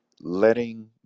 letting